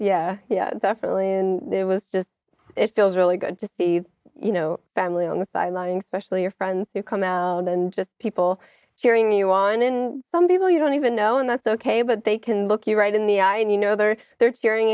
yeah yeah definitely it was just it feels really good to see you know family on the sidelines specially your friends who come out and just people cheering you on in some people you don't even know and that's ok but they can look you right in the eye and you know they're there cheering